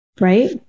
right